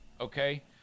okay